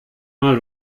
mal